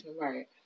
Right